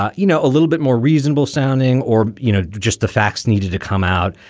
ah you know, a little bit more reasonable sounding. or, you know, just the facts needed to come out.